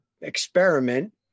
experiment